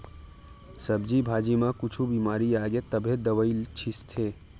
सब्जी भाजी म कुछु बिमारी आगे तभे दवई छितत हे